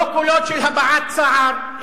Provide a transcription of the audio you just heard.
לא קולות של הבעת צער,